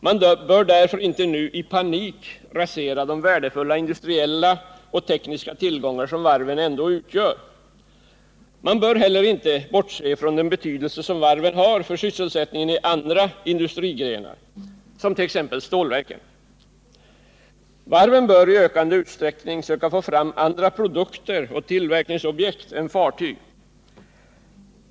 Man bör därför inte nu i panik rasera de värdefulla industriella och tekniska tillgångar som varven ändå utgör. Man bör heller inte bortse från den betydelse som varven har för sysselsättningen inom andra industrigrenar, såsom t.ex. stålverken. Varven bör i ökande utsträckning söka få fram andra produkter och tillverkningsobjekt än fartyg.